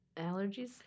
Allergies